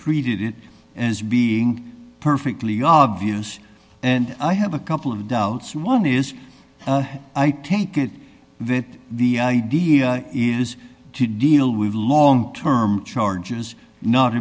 created it as being perfectly obvious and i have a couple of doubts one is i take it that the idea is to deal with long term charges not